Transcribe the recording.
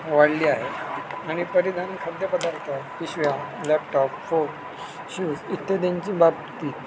वाढली आहे आणि परिधान खाद्यपदार्थ पिशव्या लॅपटॉप फोन शूज इत्यादींची बाबतीत